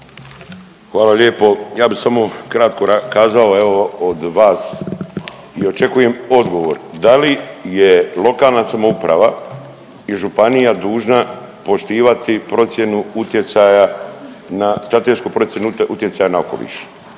Hvala lijepo. Ja bi samo kratko kazao, evo od vas i očekujem odgovor. Da li je lokalna samouprava i županija dužna poštivati procjenu utjecaja na,